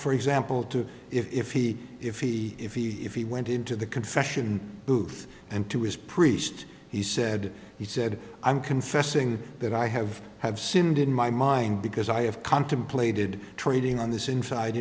for example to if he if he if he if he went into the confession booth and to his priest he said he said i'm confessing that i have have sinned in my mind because i have contemplated trading on this in fide